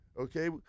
Okay